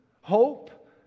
hope